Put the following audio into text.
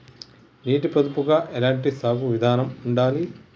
నీటి పొదుపుగా ఎలాంటి సాగు విధంగా ఉండాలి?